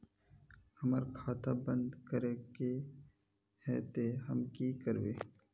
हमर खाता बंद करे के है ते हम की करबे?